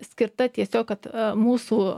skirta tiesiog kad mūsų